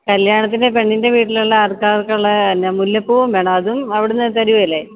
കല്യാണത്തിന് പെണ്ണിൻ്റെ വീട്ടിലുള്ള ആൾക്കാർക്കുള്ള പിന്നെ മുല്ലപ്പൂവും വേണം അതും അവിടെ നിന്ന് തരികയില്ലെ